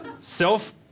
Self